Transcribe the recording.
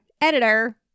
Editor